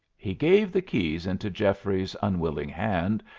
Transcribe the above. he gave the keys into geoffrey's unwilling hand,